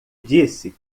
disse